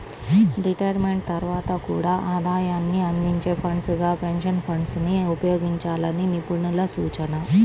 retirement తర్వాత కూడా ఆదాయాన్ని అందించే ఫండ్స్ గా పెన్షన్ ఫండ్స్ ని ఉపయోగించాలని నిపుణుల సూచన